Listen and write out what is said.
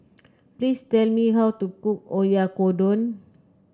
please tell me how to cook Oyakodon